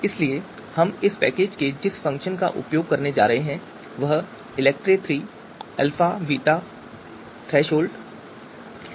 इसलिए हम इस पैकेज से जिस फ़ंक्शन का उपयोग करने जा रहे हैं वह Electre 3 अल्फा बीटा सीमारेखा है